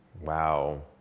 Wow